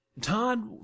Todd